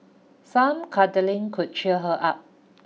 some cuddling could cheer her up